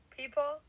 people